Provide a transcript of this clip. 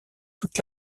toute